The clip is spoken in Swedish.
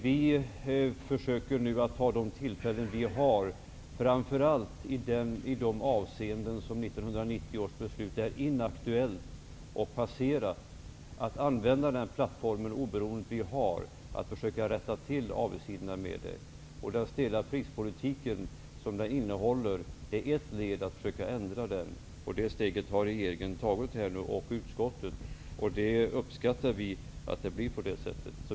Vi försöker nu att ta de tillfällen vi har att använda vårt oberoende för att försöka rätta till avigsidorna med det, framför allt i de avseenden som 1990 års beslut är inaktuellt och passerat. Ett led i detta är att försöka förändra den stela prispolitiken. Det steget har regeringen och utskottet tagit nu, och vi uppskattar att det blir på det sättet.